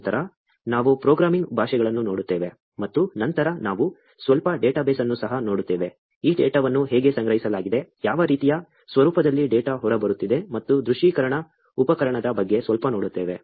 ನಂತರ ನಾವು ಪ್ರೋಗ್ರಾಮಿಂಗ್ ಭಾಷೆಗಳನ್ನು ನೋಡುತ್ತೇವೆ ಮತ್ತು ನಂತರ ನಾವು ಸ್ವಲ್ಪ ಡೇಟಾಬೇಸ್ ಅನ್ನು ಸಹ ನೋಡುತ್ತೇವೆ ಈ ಡೇಟಾವನ್ನು ಹೇಗೆ ಸಂಗ್ರಹಿಸಲಾಗಿದೆ ಯಾವ ರೀತಿಯ ಸ್ವರೂಪದಲ್ಲಿ ಡೇಟಾ ಹೊರಬರುತ್ತಿದೆ ಮತ್ತು ದೃಶ್ಯೀಕರಣ ಉಪಕರಣದ ಬಗ್ಗೆ ಸ್ವಲ್ಪ ನೋಡುತ್ತೇವೆ